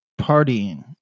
partying